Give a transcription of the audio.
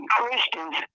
Christians